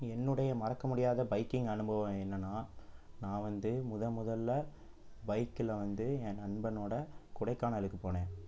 என்னுடைய மறக்க முடியாத பைக்கிங் அனுபவம் என்னன்னால் நான் வந்து முதமுதலில் பைக்கில் வந்து என் நண்பனோடு கொடைக்கானலுக்கு போனேன்